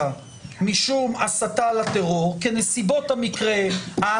מה שקורה כאן זה ניסיון לקחת דיון